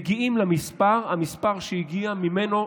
מגיעים למספר, המספר שהגיע, ממנו,